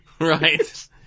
Right